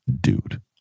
dude